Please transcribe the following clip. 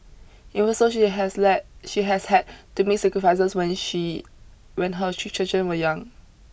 even so she has led she has had to make sacrifices when she when her three children were young